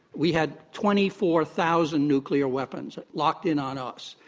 we had twenty four thousand nuclearweapons locked in on us.